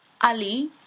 Ali